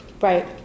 Right